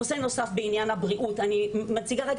נושא נוסף בעניין הבריאות - אני מציגה את